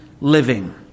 living